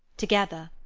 together.